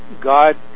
God